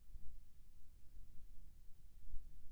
सब्बो ले बढ़िया धान कोन हर हे?